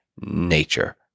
nature